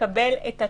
לקבל את הטיפול.